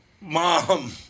mom